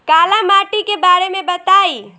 काला माटी के बारे में बताई?